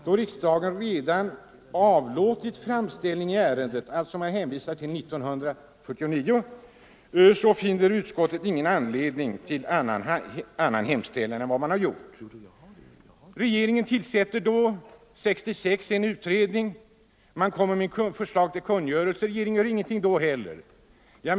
Då riksdagen emellertid redan avlåtit framställning i ärendet till Kungl. Maj:t finner utskottet icke anledning till annan hemställan än att riksdagen” —--- "i skrivelse till Kungl. Maj:t giver till känna vad utskottet ovan anfört.” Man hänvisade alltså till behandlingen år 1949. År 1966 avgavs en utredning med förslag till kungörelse angående flaggdagar, men regeringen gjorde ingenting då heller.